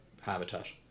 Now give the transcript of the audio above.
habitat